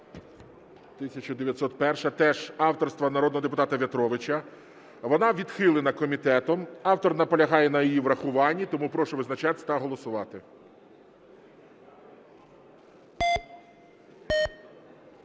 1901 теж авторства народного депутата В'ятровича. Вона відхилена комітетом. Автор наполягає на її врахуванні. Тому прошу визначатись та голосувати.